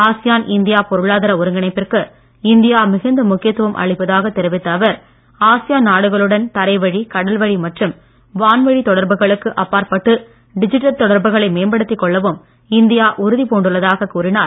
ASEAN India பொருளாதார ஒருங்கிணைப்பிற்கு India மிகுந்த முக்கியத்துவம் அளிப்பதாக தெரிவித்த அவர் ஆசியான் நாடுகளுடன் தரைவழி கடல்வழி மற்றும் வான்வழி தொடர்புகளுக்கு அப்பாற்பட்டு டிஜிட்டல் தொடர்புகளை மேம்படுத்திக் கொள்ளவும் இந்தியா உறுதி பூண்டுள்ளதாக கூறினார்